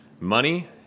money